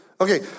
Okay